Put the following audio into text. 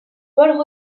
paul